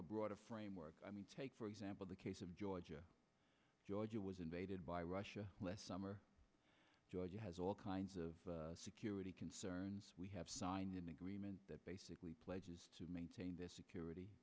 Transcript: a broader framework i mean take for example the case of georgia georgia was invaded by russia last summer georgia has all kinds of security concerns we have signed an agreement that basically pledges to maintain their security